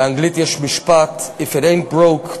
באנגלית יש משפט: If it ain't broke,